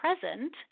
present